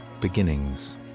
beginnings